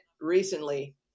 recently